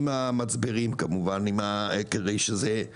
עם המצברים כמובן כדי שזה יצטבר,